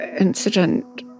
incident